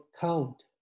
count